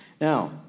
Now